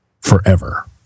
forever